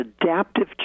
adaptive